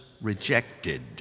rejected